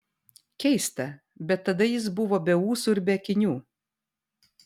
keista bet tada jis buvo be ūsų ir be akinių